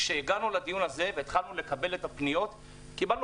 כשהגענו לדיון הזה והתחלנו לקבל את הפניות קיבלנו